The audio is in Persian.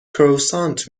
کروسانت